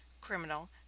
criminal